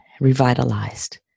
revitalized